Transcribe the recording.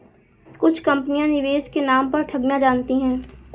कुछ कंपनियां निवेश के नाम पर ठगना जानती हैं